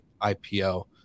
IPO